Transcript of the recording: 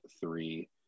three